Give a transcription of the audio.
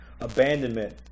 abandonment